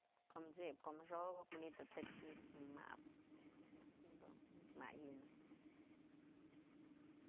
Ko'o si'ip kom xokëp manytë je tëch ñik mabë, jadunt's may myënë.